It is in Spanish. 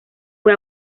fue